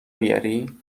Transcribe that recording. بیاری